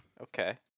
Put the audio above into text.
Okay